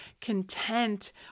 content